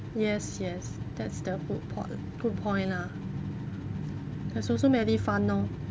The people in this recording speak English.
yes yes that's the whole point good point lah there's also medifund lor